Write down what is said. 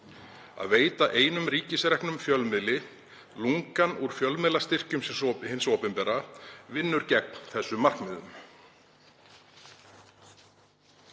Að veita einum ríkisreknum miðli lungann úr fjölmiðlastyrkjum hins opinbera vinnur gegn þessum markmiðum.